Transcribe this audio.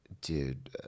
Dude